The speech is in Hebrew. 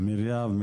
אמיר יהב,